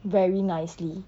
very nicely